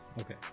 okay